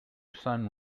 son